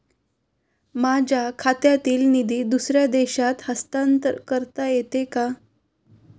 माझ्या खात्यातील निधी दुसऱ्या देशात हस्तांतर करता येते का?